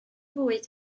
fwyd